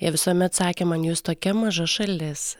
jie visuomet sakė man jūs tokia maža šalis